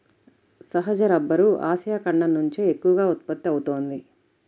సహజ rubber Asia ఖండం నుంచే ఎక్కువగా ఉత్పత్తి అవుతోంది